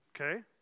Okay